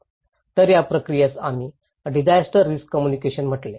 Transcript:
तर या प्रक्रियेस आम्ही डिजास्टर रिस्क कम्युनिकेशन म्हटले